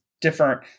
different